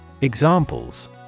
Examples